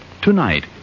Tonight